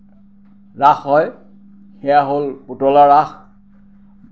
ৰাস হয় সেইয়া হ'ল পুতলা ৰাস